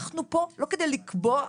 אנחנו פה לא כדי לקבוע עכשיו,